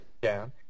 down